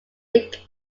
league